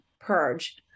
purge